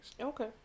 Okay